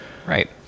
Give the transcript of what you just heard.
right